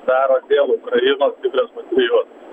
daro dėl ukrainos tikras patriot